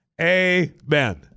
Amen